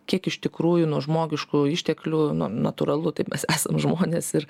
kiek iš tikrųjų nuo žmogiškųjų išteklių nuo natūralu taip mes esam žmonės ir